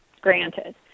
granted